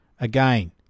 again